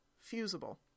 fusible